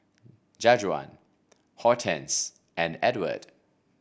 Jajuan Hortense and Edward